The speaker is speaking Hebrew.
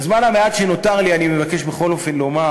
בזמן המועט שנותר לי אני מבקש בכל אופן לומר